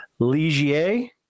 Ligier